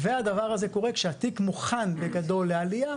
והדבר הזה קורה כשהתיק מוכן בגדול לעלייה,